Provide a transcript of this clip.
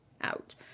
out